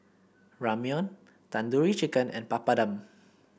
Ramyeon Tandoori Chicken and Papadum